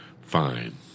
fine